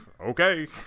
Okay